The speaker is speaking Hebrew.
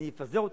אני אפזר אותה,